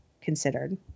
considered